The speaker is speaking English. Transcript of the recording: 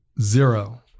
Zero